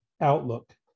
outlook